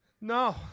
No